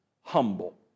humble